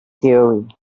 theory